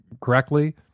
correctly